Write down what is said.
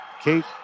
Kate